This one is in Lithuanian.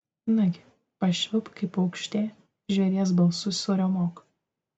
nagi pašvilpk kaip paukštė žvėries balsu suriaumok